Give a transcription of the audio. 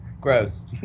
Gross